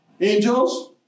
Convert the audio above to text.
Angels